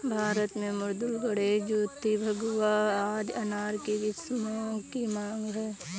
भारत में मृदुला, गणेश, ज्योति, भगवा आदि अनार के किस्मों की मांग है